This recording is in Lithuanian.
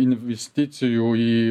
investicijų į